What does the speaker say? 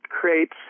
creates